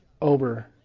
over